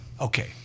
Okay